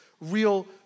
real